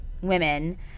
women